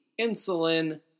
insulin